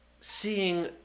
seeing